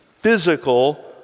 physical